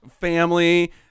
family